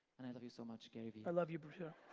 and i love you so much, garyvee. i love you, bro,